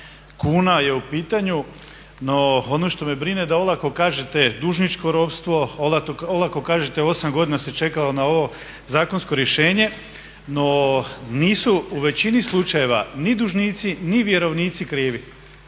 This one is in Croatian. kuna je u pitanju, no ono što me brine da olako kažete dužničko ropstvo, olako kažete 8 godina se čekalo na ovo zakonsko rješenje, no nisu u većini slučajeva ni dužnici ni vjerovnici krivi.